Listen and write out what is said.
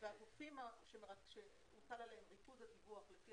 והגופים שהוטל עליהם ריכוז הפיקוח לפי